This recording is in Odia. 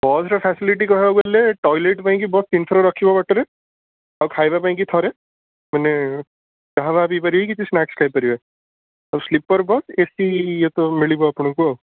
ବସ୍ର ଫ୍ୟାସିଲିଟି କହିବାକୁ ଗଲେ ଟଏଲେଟ୍ ପାଇଁକି ତିନିଥର ରଖିବା ବାଟରେ ଆଉ ଖାଇବା ପାଇଁକି ଥରେ ମାନେ ଚାହା ପାହା ପିଇ ପାରିବେ କିଛି ସ୍ନାକ୍ସ୍ ଖାଇପାରିବେ ଆଉ ସ୍ଲିପର୍ ବସ୍ ଏ ସି ଏତ ମିଳିବ ଆପଣଙ୍କୁ